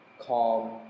calm